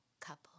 couple